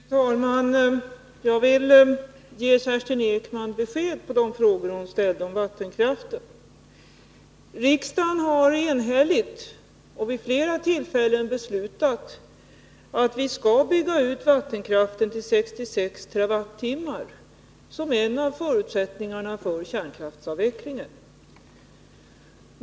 Fru talman! Jag vill ge Kerstin Ekman svar på de frågor hon ställde om vattenkraften. För det första: Riksdagen har vid flera tillfällen enhälligt beslutat att vi skall bygga ut vattenkraften till 66 TWh, vilket är en av förutsättningarna för kärnkraftsavvecklingen.